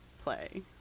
play